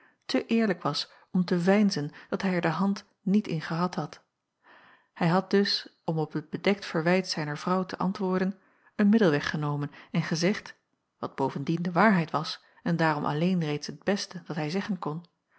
te eerlijk was om te veinzen dat hij er de hand niet in gehad had hij had dus om op het bedekt verwijt zijner vrouw te antwoorden een middelweg genomen en gezegd wat bovendien de waarheid was en daarom alleen reeds t beste dat hij zeggen kon